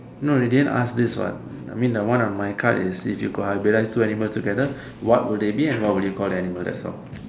no they didn't ask this one I mean the one on my card is if you could hybridise two animal together what would they be and what would you call the animal that's all